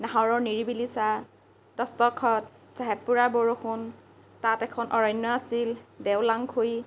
নাহৰৰ নিৰিবিলি ছাঁ দস্তখত চাহেব পুৰাৰ বৰষুণ তাত এখন অৰণ্য আছিল দেওলাংখুই